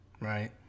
right